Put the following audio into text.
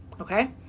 Okay